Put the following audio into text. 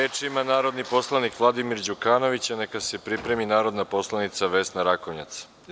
Reč ima narodni poslanik Vladimir Đukanović, a neka se pripremi narodna poslanica Vesna Rakonjac.